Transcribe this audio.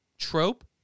trope